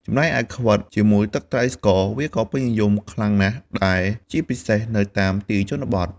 ចំណែកឯ ខ្វិតជាមួយទឹកត្រីស្ករវាក៏ពេញនិយមខ្លាំងណស់ដែរ ជាពិសេសនៅតាមទីជនបទ។